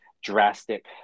drastic